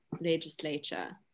legislature